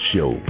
Show